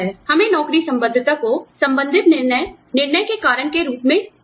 number एक हमें नौकरी संबद्धता को संबंधित निर्णय निर्णय के कारण के रूप में दिखाना चाहिए